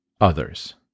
others